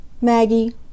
Maggie